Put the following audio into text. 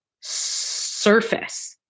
surface